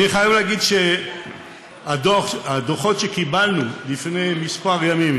אני חייב להגיד שמהדוחות שקיבלנו לפני כמה ימים,